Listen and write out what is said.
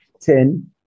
ten